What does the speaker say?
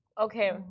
Okay